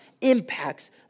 impacts